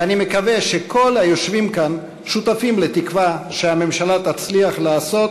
ואני מקווה שכל היושבים כאן שותפים לתקווה שהממשלה תצליח לעשות